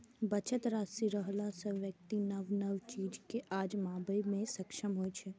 बचत राशि रहला सं व्यक्ति नव नव चीज कें आजमाबै मे सक्षम होइ छै